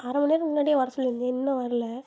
அரை மணிநேரம் முன்னாடியே வர சொல்லியிருந்தேன் இன்னும் வரலை